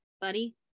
buddy